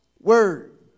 Word